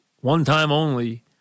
one-time-only